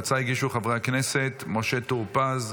את ההצעה הגישו חברי הכנסת: משה טור פז,